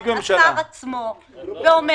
השר עצמו,